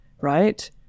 right